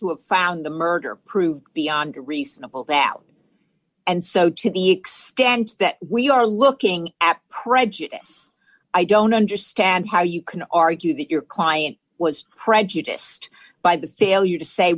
to have found the murder proved beyond a reasonable that and so to the extent that we are looking at prejudice i don't understand how you can argue that your client was prejudiced by the failure to say